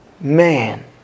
man